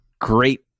great